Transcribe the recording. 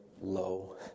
low